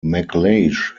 mcleish